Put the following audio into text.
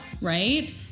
right